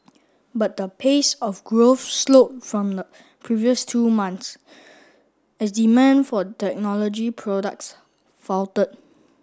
but the pace of growth slowed from the previous two months as demand for technology products faltered